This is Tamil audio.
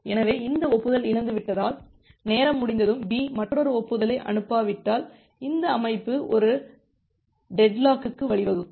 எனவே இந்த ஒப்புதல் இழந்துவிட்டதால் நேரம் முடிந்ததும் B மற்றொரு ஒப்புதலை அனுப்பாவிட்டால் இந்த அமைப்பு ஒரு டெட்லாக்க்கு வழிவகுக்கும்